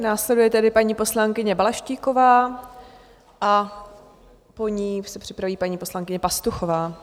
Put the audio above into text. Následuje tedy paní poslankyně Balaštíková a po ní se připraví paní poslankyně Pastuchová.